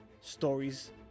stories